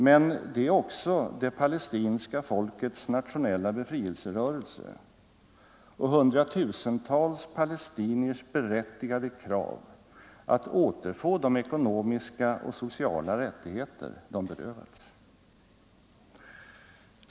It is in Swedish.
Men det är också det palestinska folkets nationella befrielserörelse och hundratusentals palestiniers berättigade krav att återfå de ekonomiska och sociala rättigheter de berövats.